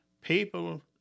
people